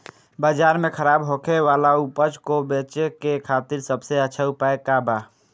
बाजार में खराब होखे वाला उपज को बेचे के खातिर सबसे अच्छा उपाय का बा?